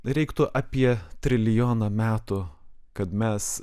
reiktų apie trilijoną metų kad mes